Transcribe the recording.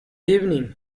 evening